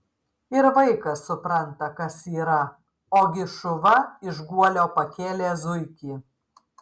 ir vaikas supranta kas yra ogi šuva iš guolio pakėlė zuikį